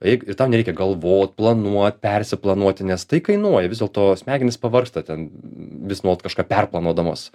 eik ir tau nereikia galvot planuot persiplanuoti nes tai kainuoja vis dėlto smegenys pavargsta ten vis nuolat kažką per planuodamos